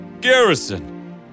Garrison